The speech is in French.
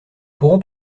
pourrons